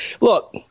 look